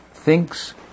thinks